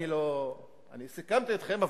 אני סיכמתי אתכם,